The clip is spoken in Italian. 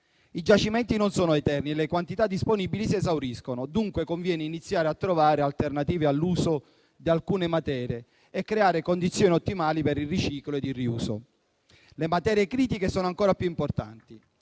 I giacimenti non sono eterni e le quantità disponibili si esauriscono, dunque conviene iniziare a trovare alternative all'uso di alcune materie e creare condizioni ottimali per il riciclo e il riuso. Le materie critiche sono ancora più importanti;